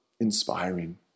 inspiring